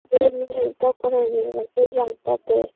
ꯌꯥꯝ ꯇꯞꯄꯦ